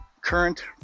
current